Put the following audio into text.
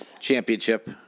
championship